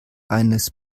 eines